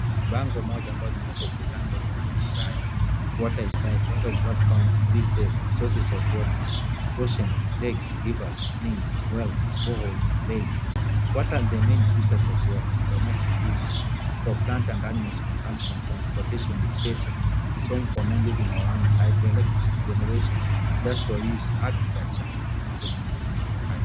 Bango moja ambalo limewekwa ukutani lenye maandishi haya water is life, every drop counts please save, sources of water ocean , lakes, rivers, springs ,wells ,boreholes ,rain. What are the main uses of water, domestic use for plant and animal consumption ,transport, recreation ,it is home to many living organisms, hyrdo electric power generation, indusrial use ,agricultural na mabo mengine hayo.